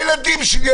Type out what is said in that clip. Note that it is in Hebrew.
הילדים שלי,